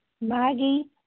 Maggie